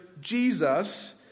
Jesus